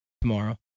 tomorrow